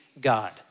God